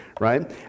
right